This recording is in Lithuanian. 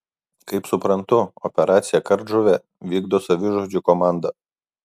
kaip suprantu operaciją kardžuvė vykdo savižudžių komanda